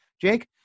Jake